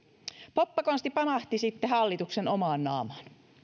poppakonsti pamahti sitten hallituksen omaan naamaan